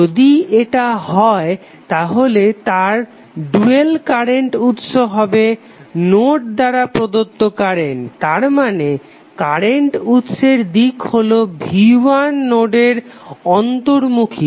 যদি এটা হয় তাহলে তার ডুয়াল কারেন্ট উৎস হবে নোড দ্বারা প্রদত্ত কারেন্ট তারমানে কারেন্ট উৎসের দিক হলো v1 নোডের অন্তর্মুখী